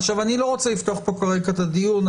אני לא רוצה לפתוח כאן כרגע את הדיון.